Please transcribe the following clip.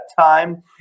time